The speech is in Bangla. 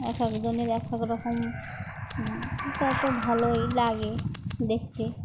এক একজনের এক একরকম তা তো ভালোই লাগে দেখতে